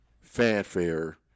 fanfare